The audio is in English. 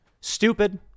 stupid